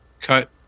cut